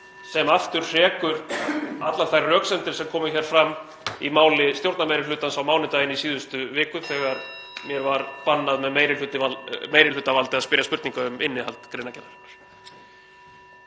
(Forseti hringir.) allar þær röksemdir sem komu fram í máli stjórnarmeirihlutans á mánudaginn í síðustu viku, þegar mér var bannað með meirihlutavaldi að spyrja spurninga um innihald greinargerðarinnar.